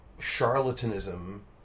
charlatanism